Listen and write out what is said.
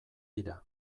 dira